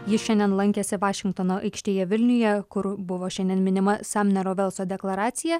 ji šiandien lankėsi vašingtono aikštėje vilniuje kur buvo šiandien minima samnero velso deklaracija